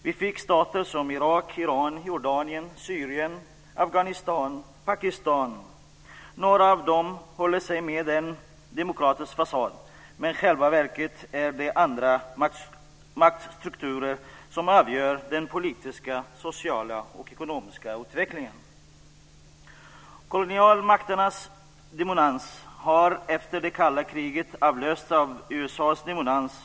Vi fick stater som Irak, Iran, Jordanien, Syrien, Afghanistan och Pakistan. Några av dem håller sig med en demokratisk fasad, men i själva verket är det andra maktstrukturer som avgör den politiska, sociala och ekonomiska utvecklingen. Kolonialmakternas dominans har efter det kalla kriget avlösts av USA:s dominans.